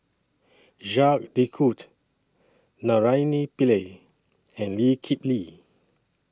Jacques De Coutre Naraina Pillai and Lee Kip Lee